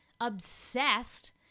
obsessed